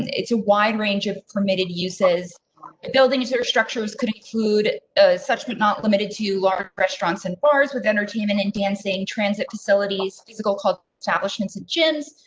it's a wide range of permitted uses buildings or structures could include such, but not limited to large restaurants and bars with entertainment and dancing, transit facilities physical called establishes jen's,